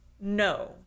No